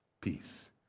peace